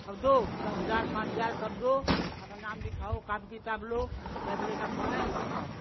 अब दो दस हजार पाँच हजार सब दो अपन नाम लिखाओ कापी किताब लो चाहे अब लड़का पढ़े आ मत पढ़े